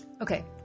Okay